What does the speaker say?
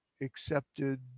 accepted